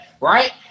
right